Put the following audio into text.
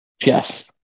Yes